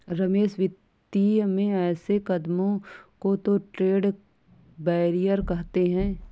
रमेश वित्तीय में ऐसे कदमों को तो ट्रेड बैरियर कहते हैं